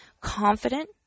Confident